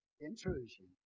intrusion